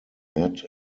met